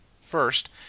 first